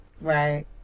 Right